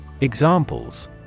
Examples